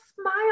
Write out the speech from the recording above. smile